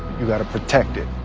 you gotta protect it.